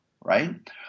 right